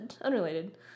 unrelated